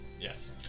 Yes